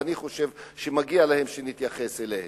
ואני חושב שמגיע להם שנתייחס אליהם.